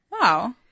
Wow